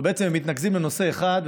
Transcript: בעצם הם מתנקזים לנושא אחד.